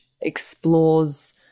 explores